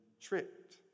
tricked